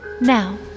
Now